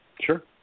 Sure